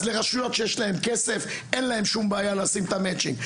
אז לרשויות שיש להם כסף אין להם שום בעיה לשים את המצ'ינג,